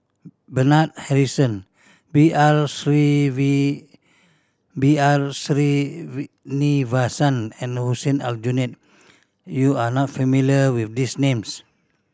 Bernard Harrison B R B R and Hussein Aljunied you are not familiar with these names